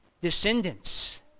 descendants